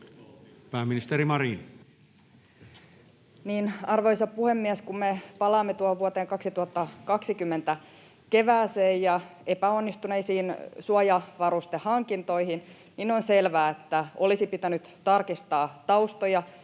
Content: Arvoisa puhemies! Kun me palaamme tuohon vuoden 2020 kevääseen ja epäonnistuneisiin suojavarustehankintoihin, niin on selvää, että olisi pitänyt tarkistaa taustoja